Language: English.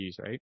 right